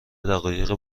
دقایق